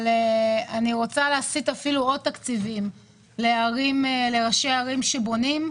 אבל אני רוצה להסיט עוד תקציבים לראשי ערים שבונים.